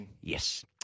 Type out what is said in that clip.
Yes